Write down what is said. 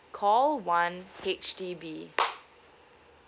call one H_D_B